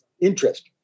interest